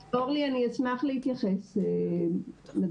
אורלי, אני אשמח להתייחס לדברים.